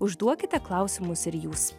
užduokite klausimus ir jūs